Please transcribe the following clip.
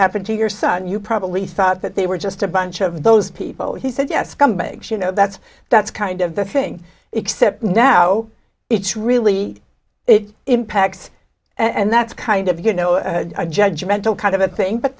happened to your son you probably thought that they were just a bunch of those people he said yes scumbags you know that's that's kind of the thing except now it's really it impacts and that's kind of you know a judge mental kind of a thing but